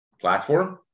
platform